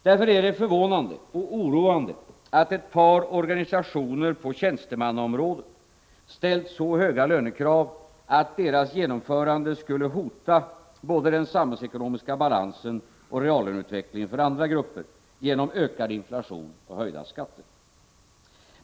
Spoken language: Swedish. Därför är det förvånande och oroande att ett par organisationer på tjänstemannaområdet ställt så höga lönekrav att ett tillgodoseende av dessa skulle hota både den samhällsekonomiska balansen och reallöneutvécklingen för andra grupper genom ökad inflation och höjda skatter.